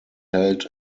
held